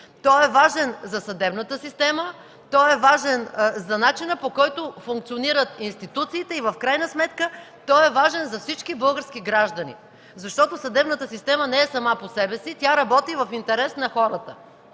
важен е за съдебната система, важен е за начина, по който функционират институциите и в крайна сметка – за всички български граждани. Съдебната система не е сама по себе си, тя работи в интерес на хората